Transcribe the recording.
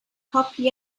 copy